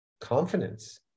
confidence